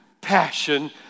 passion